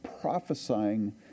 prophesying